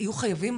יהיו חייבים